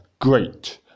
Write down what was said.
great